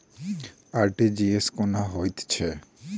RTGS कोना होइत छै?